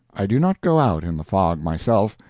i do not go out in the fog myself.